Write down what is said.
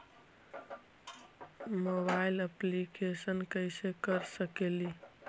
Mobile application कैसे कर सकेली?